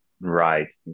right